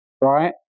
right